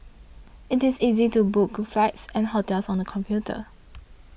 it is easy to book flights and hotels on the computer